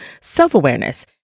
self-awareness